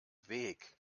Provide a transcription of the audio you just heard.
weg